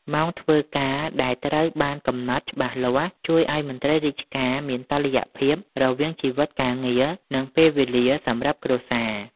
ម៉ោងធ្វើការដែលត្រូវបានកំណត់ច្បាស់លាស់ ជួយឱ្យមន្ត្រីរាជការមានតុល្យភាពរវាងជីវិតការងារ និងពេលវេលាសម្រាប់គ្រួសារ។